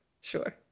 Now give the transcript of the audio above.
sure